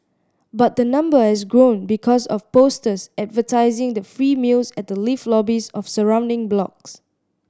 but the number has grown because of posters advertising the free meals at the lift lobbies of surrounding blocks